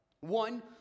One